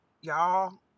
y'all